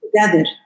together